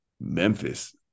Memphis